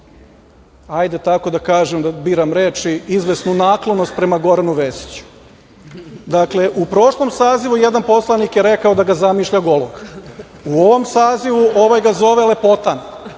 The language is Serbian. ajde tako da kažem, da biram reči, izvesnu nakolnost prema Goranu Vesiću. Dakle, u prošlom sazivu jedan poslanik je rekao da ga zamišlja golog, u ovom sazivu ovaj ga zove lepotan,